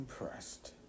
impressed